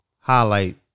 highlight